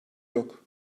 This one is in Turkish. yok